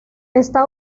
está